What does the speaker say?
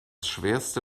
schwerste